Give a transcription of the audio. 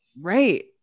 Right